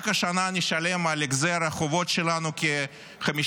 רק השנה נשלם על החזר החובות שלנו כ-5